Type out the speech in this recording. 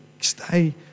stay